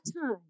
time